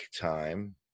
time